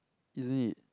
is it